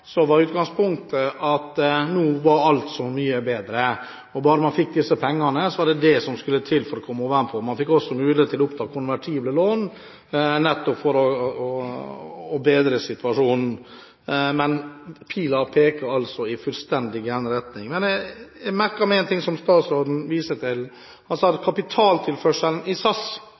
var utgangspunktet at nå var alt så mye bedre – bare man fikk disse pengene, var det det som skulle til for å komme ovenpå. Man fikk også mulighet til å oppta konvertible lån, nettopp for å bedre situasjonen, men pilen peker altså i fullstendig gal retning. Jeg merket meg én ting som statsråden viser til. Han sa at kapitaltilførselen i